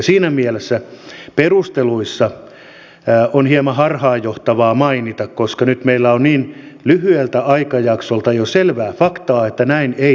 siinä mielessä perusteluissa on hieman harhaanjohtavaa mainita se koska nyt meillä on niin lyhyeltä aikajaksolta jo selvää faktaa että näin ei tapahtunut